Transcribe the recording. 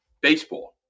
baseball